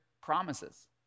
promises